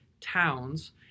towns